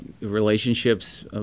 relationships